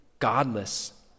godless